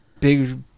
Big